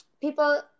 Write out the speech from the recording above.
people